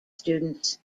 students